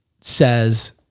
says